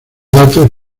datos